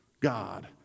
God